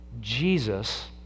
Jesus